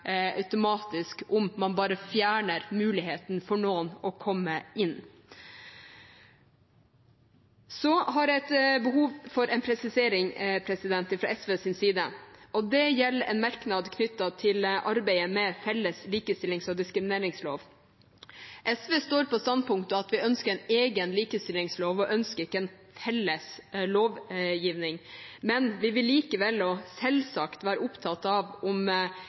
om man bare fjerner muligheten for noen til å komme inn. Så har jeg et behov for å komme med en presisering fra SVs side, og det gjelder en merknad knyttet til arbeidet med felles likestillings- og diskrimineringslov. SV står på standpunktet at vi ønsker en egen likestillingslov og ikke en felles lovgivning, men vi vil likevel – selvsagt – være opptatt av om